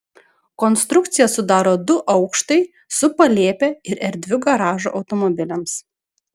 konstrukciją sudaro du aukštai su palėpe ir erdviu garažu automobiliams